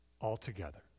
altogether